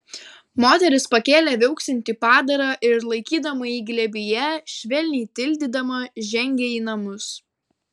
moteris pakėlė viauksintį padarą ir laikydama jį glėbyje švelniai tildydama žengė į namus